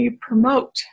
promote